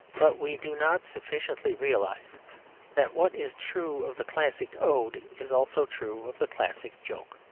but we do not sufficiently realise that what is true of the classic ode is also true of the classic joke.